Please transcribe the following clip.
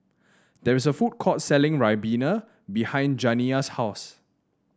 there is a food court selling ribena behind Janiyah's house